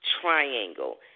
triangle